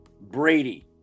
Brady